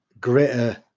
greater